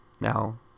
Now